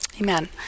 Amen